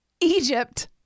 Egypt